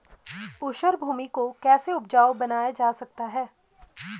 ऊसर भूमि को कैसे उपजाऊ बनाया जा सकता है?